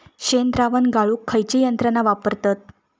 शेणद्रावण गाळूक खयची यंत्रणा वापरतत?